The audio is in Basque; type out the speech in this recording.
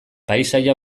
paisaia